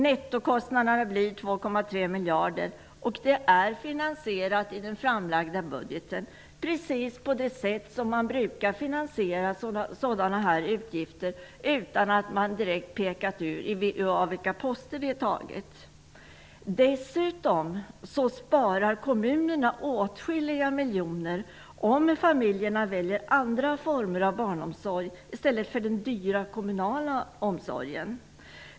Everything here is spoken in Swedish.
Nettokostnaden blir 2,3 miljarder, och det är finansierat i den framlagda budgeten. Det görs precis på det sätt som man brukar finansiera sådana utgifter, utan att man direkt pekar ut från vilka poster medlen tas. Dessutom sparar kommunerna åtskilliga miljoner om familjerna väljer andra former av barnomsorg i stället för den dyra kommunala omsorgen.